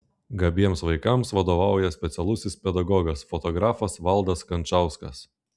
gabiems vaikams vadovauja specialusis pedagogas fotografas valdas kančauskas